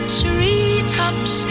treetops